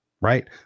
right